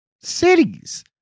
cities